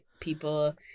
people